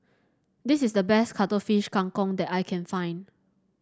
this is the best Cuttlefish Kang Kong that I can find